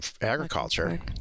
agriculture